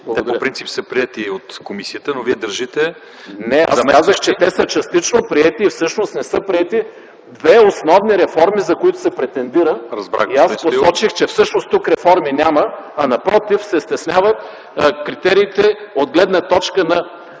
Те по принцип са приети от комисията, но Вие държите ... ЯНАКИ СТОИЛОВ: Не, аз казах, че те са частично приети. Всъщност не са приети две основни реформи, за които се претендира. Аз посочих, че всъщност тук реформи няма, а напротив, стесняват се критериите от гледна точка на